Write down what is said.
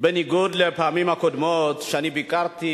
בניגוד לפעמים הקודמות שביקרתי